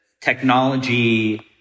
technology